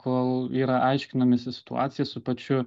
kol yra aiškinamasi situacija su pačiu